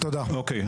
אוקי,